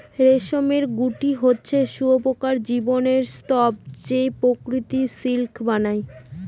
রেশমের গুটি হচ্ছে শুঁয়োপকার জীবনের স্তুপ যে প্রকৃত সিল্ক বানায়